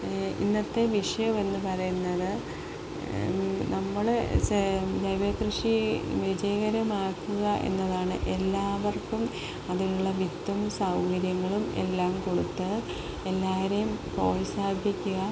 ഇന്നത്തെ വിഷയമെന്ന് പറയുന്നത് നമ്മള് ജൈവകൃഷി വിജയകരമാക്കുകയെന്നതാണ് എല്ലാവർക്കും അതിനുള്ള വിത്തും സൗകര്യങ്ങളുമെല്ലാം കൊടുത്ത് എല്ലാവരെയും പ്രോത്സാഹിപ്പിക്കുക